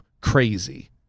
crazy